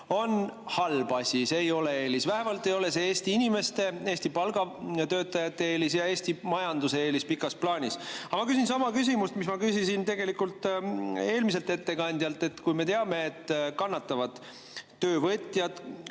on halb asi. See ei ole eelis, vähemalt ei ole see Eesti inimeste, Eesti palgatöötajate eelis ja Eesti majanduse eelis pikas plaanis. Aga ma küsin sama küsimuse, mille ma küsisin eelmiselt ettekandjalt. Me teame, et kannatavad töövõtjad,